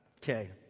Okay